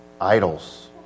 idols